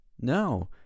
No